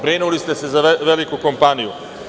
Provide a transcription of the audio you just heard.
Brinuli ste se za veliku kompaniju.